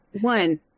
One